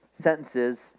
sentences